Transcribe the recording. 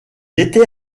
était